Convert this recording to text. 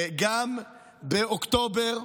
גם באוקטובר,